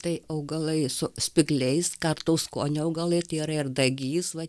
tai augalai su spygliais kartaus skonio augalai tai yra ir dagys va